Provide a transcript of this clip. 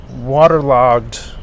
waterlogged